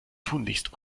tunlichst